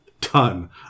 ton